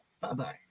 bye-bye